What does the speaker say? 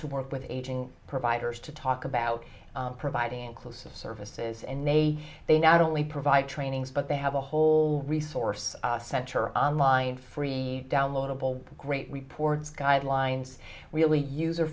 to work with aging providers to talk about providing inclusive services and they they not only provide trainings but they have a whole resource center on line free downloadable great reports guidelines really user